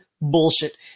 bullshit